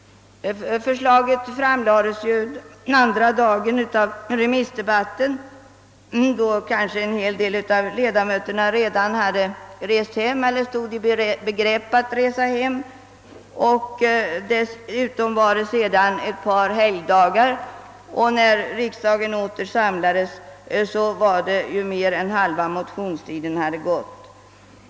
Förslaget framlades nämligen andra dagen av remissdebatten då en stor del av ledamöterna redan hade rest hem eller stod i begrepp att göra det. Därefter kom ett par helgdagar, och när riksdagen åter samlades hade mer än halva motionstiden redan gått.